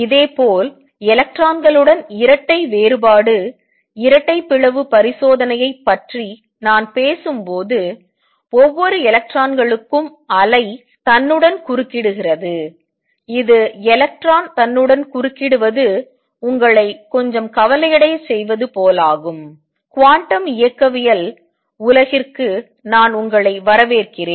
இதேபோல் எலக்ட்ரான்களுடன் இரட்டை வேறுபாடு இரட்டை பிளவு பரிசோதனையைப் பற்றி நான் பேசும்போது ஒவ்வொரு எலக்ட்ரான்களுக்கும் அலை தன்னுடன் குறுக்கிடுகிறது இது எலக்ட்ரான் தன்னுடன் குறுக்கிடுவது உங்களை கொஞ்சம் கவலையடையச் செய்வது போலாகும் குவாண்டம் இயக்கவியல் உலகிற்கு நான் உங்களை வரவேற்கிறேன்